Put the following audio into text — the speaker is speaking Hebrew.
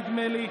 נדמה לי: